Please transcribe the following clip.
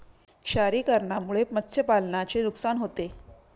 क्षारीकरणामुळे मत्स्यपालनाचे नुकसान होते